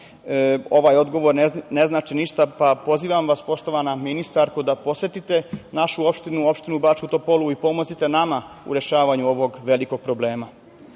ovaj odgovor ne znači ništa. Pozivam vas poštovana ministarko da posetite našu opštinu, opštinu Bačku Topolu i mozite nama u rešavanju ovog velikog problema. Da